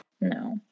No